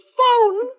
phone